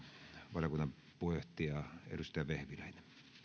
valiokunnan puheenjohtaja edustaja vehviläinen